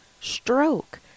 Stroke